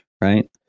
right